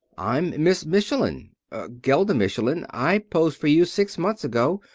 i'm miss michelin gelda michelin. i posed for you six months ago,